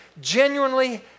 genuinely